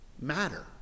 matter